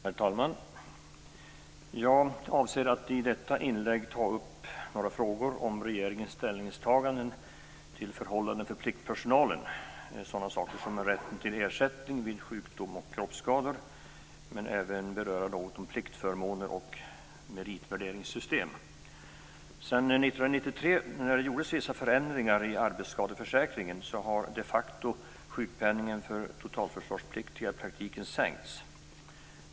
Herr talman! Jag avser att i detta inlägg ta upp några frågor om regeringens ställningstaganden till förhållanden för pliktpersonalen, såsom rätten till ersättning vid sjukdom och kroppsskador, men skall även något beröra pliktförmåner och meritvärderingssystem. Sedan 1993, när vissa förändringar gjordes i arbetsskadeförsäkringen, har sjukpenningen för totalförsvarspliktiga i praktiken sänkts.